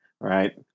Right